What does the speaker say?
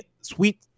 sweet